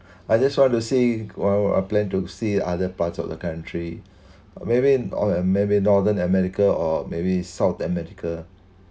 I just want to see want want plan to see other parts of the country maybe or maybe northern america or maybe south america